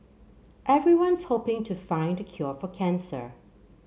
everyone's hoping to find the cure for cancer